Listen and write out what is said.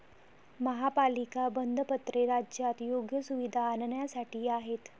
महापालिका बंधपत्रे राज्यात योग्य सुविधा आणण्यासाठी आहेत